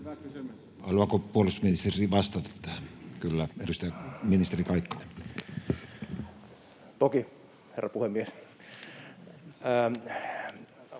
Haluaako puolustusministeri vastata tähän? — Kyllä, ministeri Kaikkonen. Toki, herra puhemies!